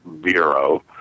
bureau